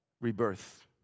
rebirth